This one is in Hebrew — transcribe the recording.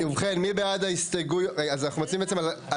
ובכן, אנחנו נצביע עכשיו על